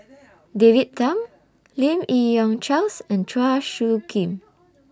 David Tham Lim Yi Yong Charles and Chua Soo Khim